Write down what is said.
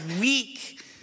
weak